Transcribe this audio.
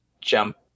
jump